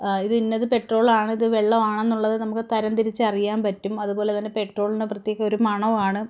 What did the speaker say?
ഇത് ഇന്നത് പെട്രോൾ ആണിത് വെള്ളം ആണെന്നുള്ളത് നമുക്ക് തരം തിരിച്ച് അറിയാൻ പറ്റും അതുപോലെ തന്നെ പെട്രോളിന് പ്രത്യേക ഒരു മണമാണ്